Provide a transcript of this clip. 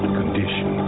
condition